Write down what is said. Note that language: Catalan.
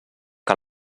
que